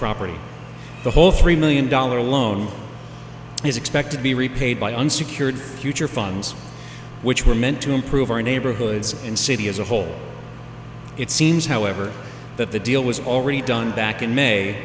property the whole three million dollar loan is expect to be repaid by unsecured future funds which were meant to improve our neighborhoods and city as a whole it seems however that the deal was already done back in may